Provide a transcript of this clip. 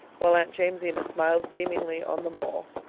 while aunt jamesina smiled beamingly on them all.